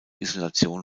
isolation